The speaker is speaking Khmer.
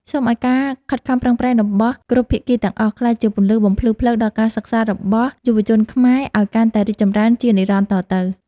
សូមឱ្យការខិតខំប្រឹងប្រែងរបស់គ្រប់ភាគីទាំងអស់ ក្លាយជាពន្លឺបំភ្លឺផ្លូវដល់ការសិក្សារបស់យុវជនខ្មែរឱ្យកាន់តែរីកចម្រើនជានិរន្តរ៍តទៅ។